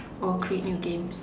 or create new games